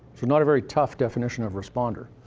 so not a very tough definition of responder.